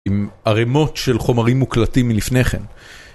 עם ערימות של חומרים מוקלטים מלפני כן